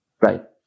Right